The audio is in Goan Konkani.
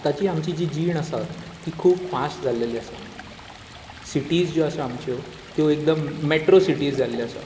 आतांची आमची जी जीण आसा ती खूब फास्ट जालेली आसा सिटीज ज्यो आसा आमच्यो त्यो एकदम मॅट्रो सिटीज जाल्ल्यो आसा